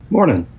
morning.